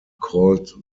called